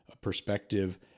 perspective